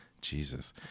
Jesus